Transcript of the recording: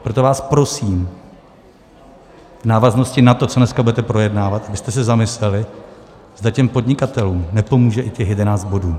Proto vás prosím v návaznosti na to, co dnes budete projednávat, abyste se zamysleli, zda těm podnikatelům nepomůže i těch jedenáct bodů.